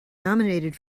nominated